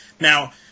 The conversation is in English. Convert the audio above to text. Now